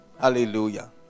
hallelujah